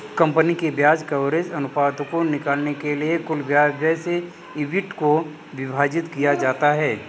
company के ब्याज coverage अनुपात को निकालने के लिए कुल ब्याज व्यय से ईबिट को विभाजित किया जाता है